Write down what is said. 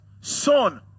son